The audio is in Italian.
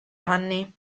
anni